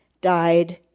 died